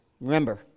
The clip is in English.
remember